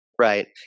Right